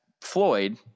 Floyd